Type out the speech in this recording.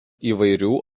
įvairių